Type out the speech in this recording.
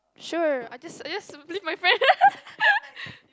sure I just I just believe my friend